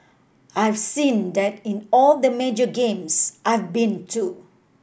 I've seen that in all the major games I've been too